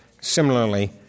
Similarly